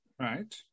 right